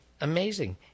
amazing